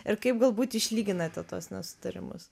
ir kaip galbūt išlyginate tuos nesutarimus